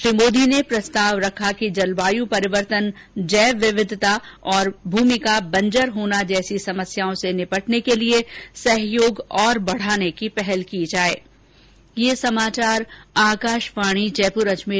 श्री मोदी ने प्रस्ताव रखा कि जलवायू परिवर्तन जैव विविधता और भूमि का बंजर होना जैसी समस्याओं से निपटने के लिए सहयोग और बढाने की पहल की जाये